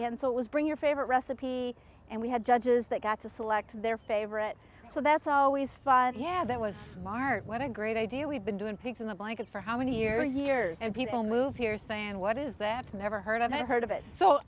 and so it was bring your favorite recipe and we had judges that got to select their favorite so that's always fun yeah that was smart what a great idea we've been doing pigs in the blankets for how many years years and people move here saying what is that and never heard of i heard of it so